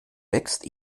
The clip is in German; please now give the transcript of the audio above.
wächst